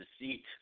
deceit